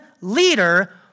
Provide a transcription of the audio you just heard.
leader